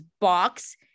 box